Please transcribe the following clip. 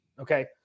Okay